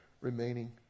remaining